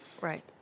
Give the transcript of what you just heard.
right